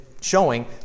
showing